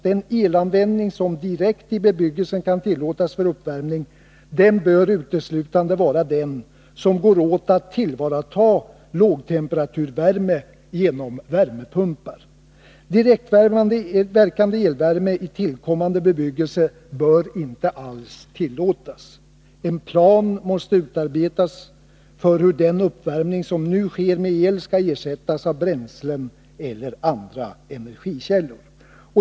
Den elanvändning som direkt i bebyggelsen kan tillåtas för uppvärmning bör uteslutande vara den som går åt för att tillvarata lågtemperaturvärme genom värmepumpar. Direktverkande elvärme i tillkommande bebyggelse bör inte alls tillåtas. En plan måste utarbetas för hur den uppvärmning som nu sker med el skall ersättas av bränslen eller andra energikällor.